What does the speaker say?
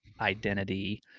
identity